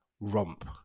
romp